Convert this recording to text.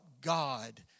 God